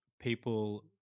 people